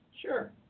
Sure